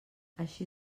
així